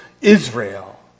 Israel